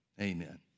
amen